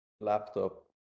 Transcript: laptop